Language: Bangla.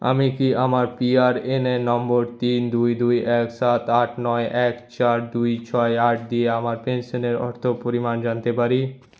আমি কি আমার পিআরএএন নম্বর তিন দুই দুই এক সাত আট নয় এক চার দুই ছয় আট দিয়ে আমার পেনশনের অর্থপরিমাণ জানতে পারি